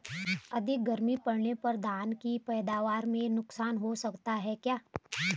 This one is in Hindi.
अधिक गर्मी पड़ने पर धान की पैदावार में नुकसान हो सकता है क्या?